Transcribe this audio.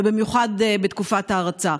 ובמיוחד בתקופת ההרצה.